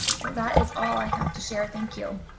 so that is all i have to share. thank you.